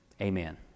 Amen